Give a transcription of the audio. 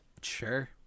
Sure